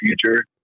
future